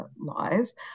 lies